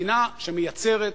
מדינה שמייצרת,